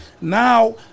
now